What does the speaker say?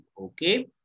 Okay